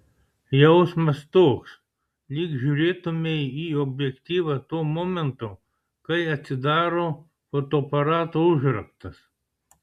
jausmas toks lyg žiūrėtumei į objektyvą tuo momentu kai atsidaro fotoaparato užraktas